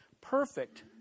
perfect